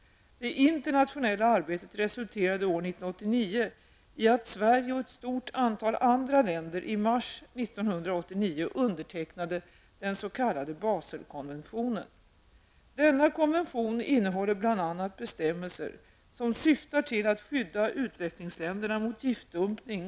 Det internationella arbetet resulterade i att Sverige och ett stort antal andra länder i mars 1989 Denna konvention innehåller bl.a. bestämmelser som syftar till att skydda utvecklingsländerna mot giftdumpning.